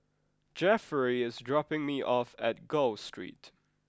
Jefferey is dropping me off at Gul Street